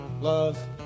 Love